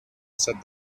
said